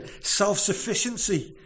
self-sufficiency